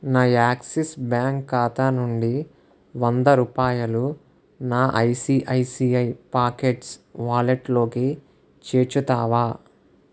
నా Axis bank ఖాతా నుండి వంద రూపాయలు నా ఐసిఐసిఐ పాకెట్స్ వాలెట్లోకి చేర్చుతావా